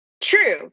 True